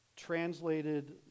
Translated